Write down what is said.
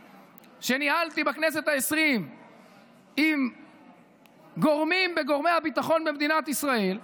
שניהלתי בכנסת העשרים עם גורמים בגורמי הביטחון במדינת ישראל,